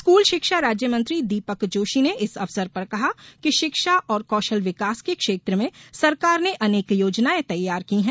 school शिक्षा राज्य मंत्री दीपक जोशी ने इस अवसर पर कहा कि शिक्षा और कौशल विकास के क्षेत्र में सरकार ने अनेक योजनायें तैयार की हैं